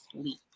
sleep